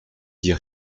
dit